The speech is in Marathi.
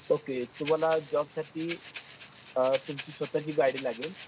ओके तुम्हाला जॉबसाठी तुमची स्वतःची गाडी लागेल